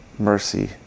mercy